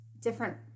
different